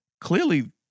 Clearly